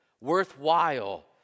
worthwhile